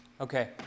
Okay